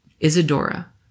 Isadora